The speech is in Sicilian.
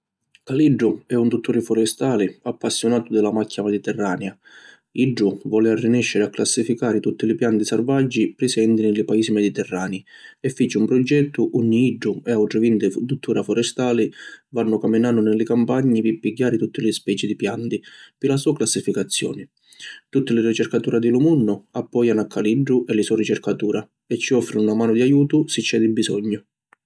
Caliddu è un Dutturi Forestali appassionatu di la Macchia Mediterranea. Iddu voli arrinesciri a classificari tutti li pianti sarvaggi prisenti ni li Paisi mediterranei e fici un progettu unni iddu e autri vinti duttura forestali vannu caminannu ni li campagni pi pigghiari tutti li speci di pianti pi la so classificazioni. Tutti li ricercatura di lu munnu appojanu a Caliddu e li so ricercatura e ci offrinu na manu di ajutu si c’è di bisognu.